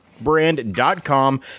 brand.com